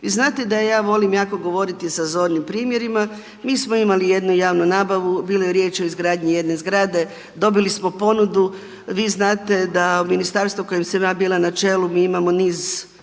Vi znate da je volim jako govoriti sa zornim primjerima, mi smo imali jednu javnu nabavu, bilo je riječi o izgradnji jedne zgrade, dobili smo ponudu, vi znate da ministarstvo kojem sam ja bila na čelu, mi imamo niz